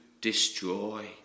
destroy